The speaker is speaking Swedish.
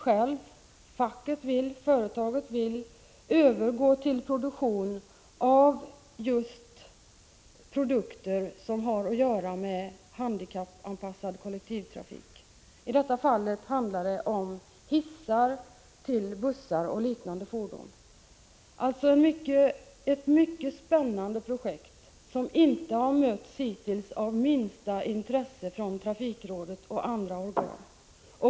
Såväl företaget som facket vill att avdelningen skall övergå till produktion av just konstruktioner som avser handikappanpassad kollektivtrafik. I detta fall handlar det om hissar till bussar och liknande fordon. Det är alltså ett mycket spännande projekt, men hittills har det inte mötts av minsta intresse från transportrådet eller andra organ.